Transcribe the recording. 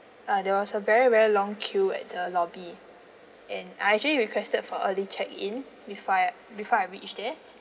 uh there was a very very long queue at the lobby and I actually requested for early check in before I before I reached there